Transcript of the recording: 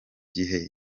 gihe